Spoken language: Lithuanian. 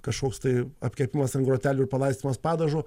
kažkoks tai apkepimas ant grotelių ir palaistymas padažu